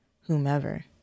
whomever